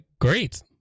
great